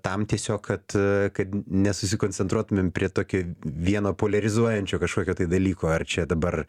tam tiesiog kad kad nesusikoncentruotumėm prie tokio vieno poliarizuojančio kažkokio tai dalyko ar čia dabar